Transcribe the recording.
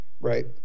right